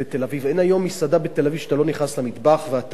אין היום מסעדה בתל-אביב שאתה נכנס למטבח ואתה